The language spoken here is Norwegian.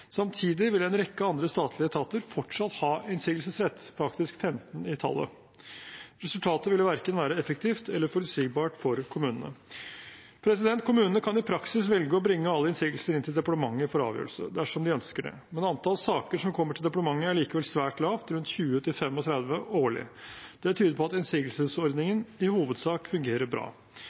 Samtidig ville en rekke andre statlige etater fortsatt ha innsigelsesrett, faktisk 15 i tallet. Resultatet ville verken være effektivt eller forutsigbart for kommunene. Kommunene kan i praksis velge å bringe alle innsigelser inn til departementet for avgjørelse dersom de ønsker det, men antallet saker kom kommer til departementet, er svært lavt – rundt 20–35 årlig. Det tyder på at innsigelsesordningen i hovedsak fungerer bra.